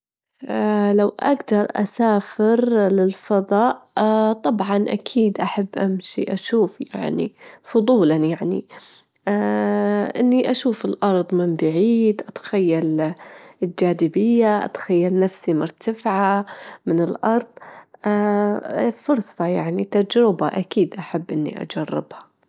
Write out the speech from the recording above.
على حسب التدريب أجدر أكتم نفسي تحت الموية، أجدر أجولتش أنها- اجدر أكتم نفسي حوالي دجيجة أو أكتر إذ كنت مهيأة نفسيًا، لكن لازم يكون عندي تدريب كافي.